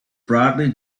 broadly